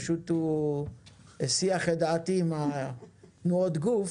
פשוט הוא הסיח את דעתי עם תנועות הגוף